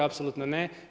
Apsolutno ne.